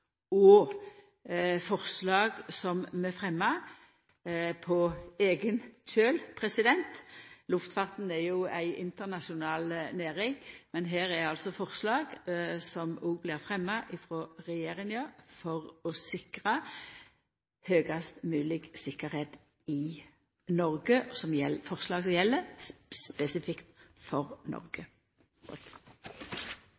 og forslag som vi fremjar på eigen kjøl – luftfarten er jo ei internasjonal næring, men her er altså forslag som òg blir fremja frå regjeringa for å sikra høgast mogleg tryggleik i Noreg – forslag som gjeld spesifikt for Noreg.